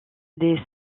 des